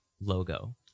logo